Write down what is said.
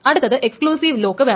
അടുത്തത് exclusive lock വേണം